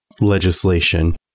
legislation